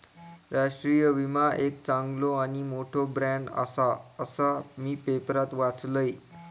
राष्ट्रीय विमा एक चांगलो आणि मोठो ब्रँड आसा, असा मी पेपरात वाचलंय